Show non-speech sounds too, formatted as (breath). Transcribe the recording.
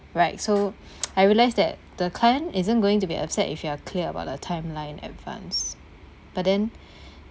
right so (noise) I realised that the client isn't going to be upset if you are clear about the timeline advanced but then (breath)